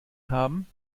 haben